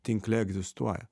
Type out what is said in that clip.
tinkle egzistuoja